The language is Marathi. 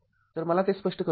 तर मला ते स्पष्ट करू द्या